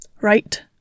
Right